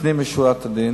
לפנים משורת הדין